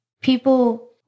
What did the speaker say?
people